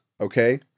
Okay